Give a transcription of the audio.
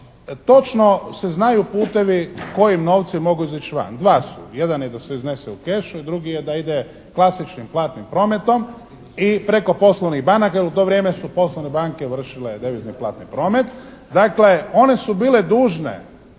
točno se znaju putevi kojim novci mogu izići van. Dva su. Jedan da se iznese u kešu, a drugi je da ide klasičnim, platnim prometom i preko poslovnih banaka jer u to vrijeme su poslovne banke vršile devizni platni promet. Dakle, one su bile dužne